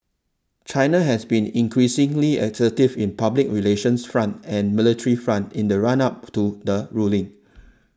China has been increasingly assertive in the public relations front and military front in the run up to the ruling